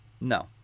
No